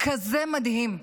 כזה מדהים,